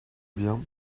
bien